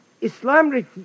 Islam